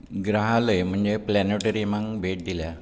ग्रहालय म्हणजें प्लॅनेटोरीयमाक भेट दिल्या